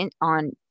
on